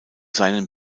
seinen